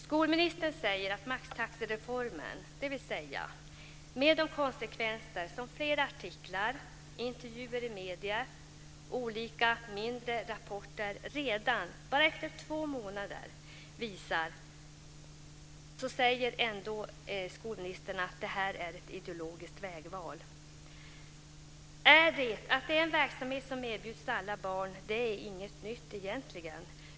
Skolministern säger att maxtaxereformen, med de konsekvenser som flera artiklar, intervjuer i medier och olika mindre rapporter redan bara efter två månader visar, är ett ideologiskt vägval. Är det att det är en verksamhet som erbjuds alla barn? Det är inget nytt egentligen.